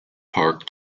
park